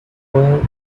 ruined